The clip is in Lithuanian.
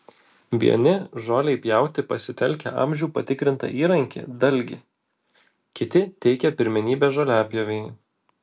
vieni žolei pjauti pasitelkia amžių patikrintą įrankį dalgį kiti teikia pirmenybę žoliapjovei